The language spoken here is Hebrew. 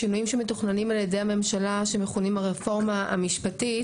השינויים שמתוכננים על ידי הממשלה שמכונים הרפורמה המשפטית,